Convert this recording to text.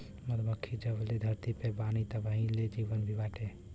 मधुमक्खी जबले धरती पे बानी तबही ले जीवन भी बाटे